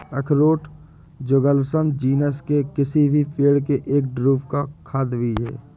अखरोट Juglans genus के किसी भी पेड़ के एक ड्रूप का खाद्य बीज है